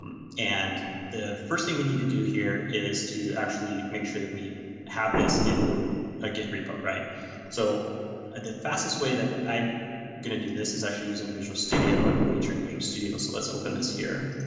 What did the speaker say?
um and the first thing we need to do here is to actually make sure that we have this in a git repo. so and the fastest way that i'm going to do this is actually using visual studio, a new feature in visual studio, so let's open this here.